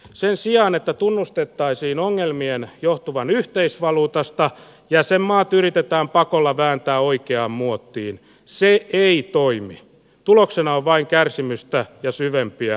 sen sijaan että tunnustettaisiin ongelmien johtuvan yhteisvaluutasta jäsenmaat yritetään pakolla vääntää oikea muotiin se ei toimi tuloksena vai kärsimystä ja syvempiä